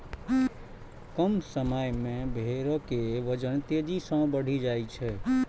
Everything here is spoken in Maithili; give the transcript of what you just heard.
कम समय मे भेड़ के वजन तेजी सं बढ़ि जाइ छै